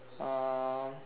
uh